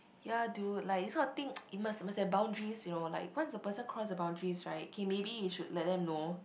ya dude like this kind of thing you must must have boundaries you know like once the person cross the boundaries [right] okay maybe you should let them know